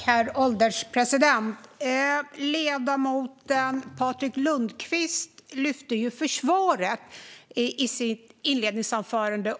Herr ålderspresident! Ledamoten Patrik Lundqvist lyfte upp försvaret i sitt inledningsanförande.